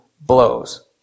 blows